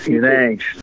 Thanks